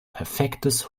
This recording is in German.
perfektes